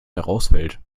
herausfällt